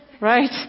right